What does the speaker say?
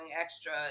extra